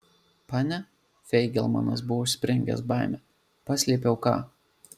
pane feigelmanas buvo užspringęs baime paslėpiau ką